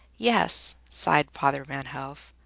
yes, sighed father van hove.